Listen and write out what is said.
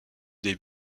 des